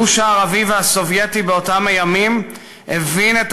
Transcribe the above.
הגוש הערבי והסובייטי באותם הימים הבין את